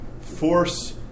force